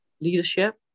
leadership